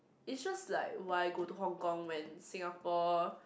it's just like why go to Hong Kong when Singapore